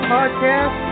Podcast